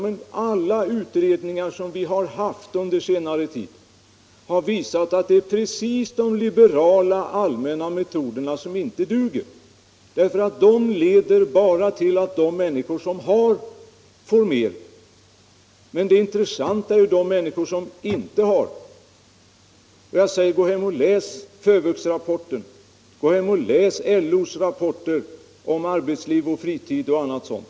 Men alla utredningar som gjorts under senare tid har ju visat att det är just de liberala allmänna metoderna som inte duger. Sådana metoder leder bara till att de människor som redan har får mer, men den intressanta gruppen är ju de människor som inget har. Jag vill säga till herr Romanus: Gå hem och läs FÖVUX-rapporten! Gå hem och läs LO:s rapporter om arbetsliv, fritid och annat sådant!